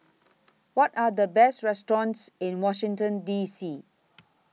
What Are The Best restaurants in Washington D C